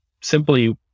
Simply